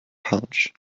pouch